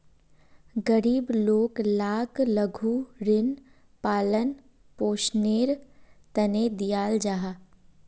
गरीब लोग लाक लघु ऋण पालन पोषनेर तने दियाल जाहा